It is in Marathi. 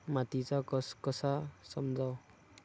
मातीचा कस कसा समजाव?